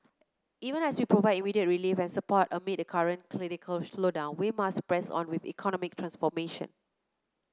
even as we provide immediate relief and support amid the current cyclical slowdown we must press on with economic transformation